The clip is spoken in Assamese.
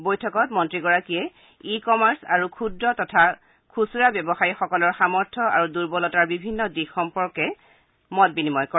বৈঠকত মন্ত্ৰীগৰাকীয়ে ই কমাৰ্চ আৰু ক্ষুদ্ৰ তথা খুচুৰা ব্যৱসায়ীসকলৰ সামৰ্থ আৰু দুৰ্বলতাৰ বিভিন্ন দিশ সম্পৰ্কে মত বিনিময় কৰে